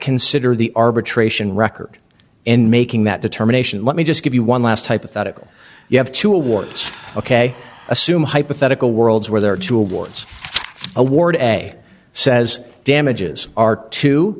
consider the arbitration record in making that determination let me just give you one last hypothetical you have two awards ok assume hypothetical worlds where there are two awards awarded a says damages are two